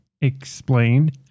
explained